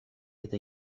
eta